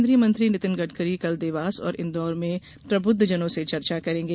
केन्द्रीय मंत्री नितिन गडकरी कल देवास और इंदौर में प्रबुद्धजनों से चर्चा करेंगे